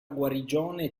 guarigione